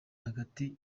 hagati